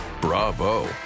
Bravo